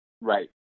Right